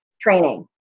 training